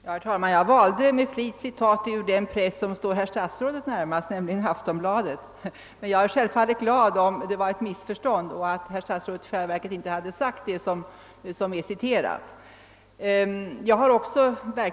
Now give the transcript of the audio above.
Herr talman! Jag valde med avsikt citatet ur den tidning som står statsrådet närmast, nämligen Aftonbladet, men jag är självfallet glad om det är fråga om ett missförstånd och statsrådet i själva verket inte sagt det som anfördes i citatet.